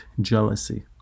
jealousy